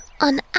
on